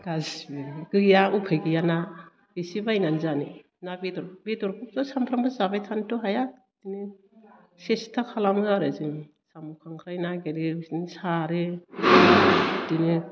गासिबो गैया उफाय गैयाना बेसे बायना जानो ना बेदर बेदरखौथ' सामफ्रामबो जानो हाया बेनो सेस्था खालामो आरो जों खांख्राय नागिरो सारो बिदिनो सारो बिदिनो